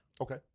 Okay